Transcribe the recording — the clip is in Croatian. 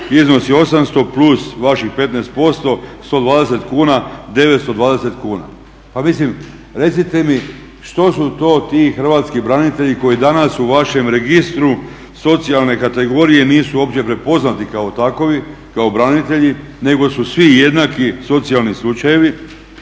iznosi 800 plus vaših 15% 120 kuna 920 kuna. Pa mislim, recite mi što su to ti hrvatski branitelji koji danas u vašem registru socijalne kategorije nisu uopće prepoznati kao takvi, kao branitelji nego su svi jednaki socijalni slučajevi.